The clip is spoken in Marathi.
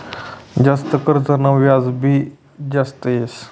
जास्त कर्जना व्याज भी जास्त येस